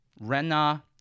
Rena